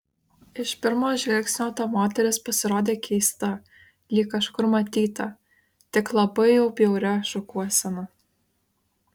iš pirmo žvilgsnio ta moteris pasirodė keista lyg kažkur matyta tik labai jau bjauria šukuosena